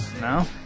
No